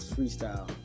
Freestyle